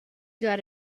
got